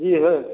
जी है